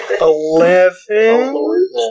eleven